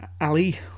Ali